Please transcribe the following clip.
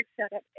setup